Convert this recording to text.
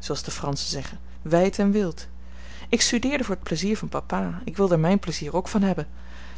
zooals de franschen zeggen wijd en wild ik studeerde voor t pleizier van papa ik wilde er mijn pleizier ook van hebben